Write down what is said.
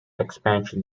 expansion